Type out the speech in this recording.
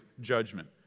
judgment